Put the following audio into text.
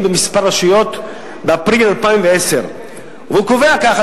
בכמה רשויות באפריל 2010. והמסמך קובע כך,